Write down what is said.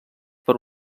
per